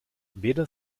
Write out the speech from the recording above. weder